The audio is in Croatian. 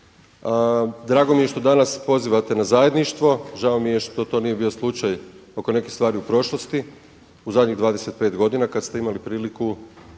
Drago mi je što danas pozivate na zajedništvo. Žao mi je što to nije bio slučaj oko nekih stvari u prošlosti u zadnjih 25 godina kada ste imali priliku